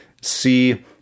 see